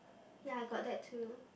ya I got that too